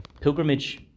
Pilgrimage